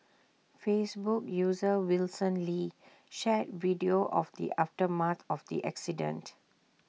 Facebook user Wilson lee shared video of the aftermath of the accident